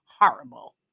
horrible